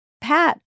Pat